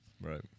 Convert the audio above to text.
Right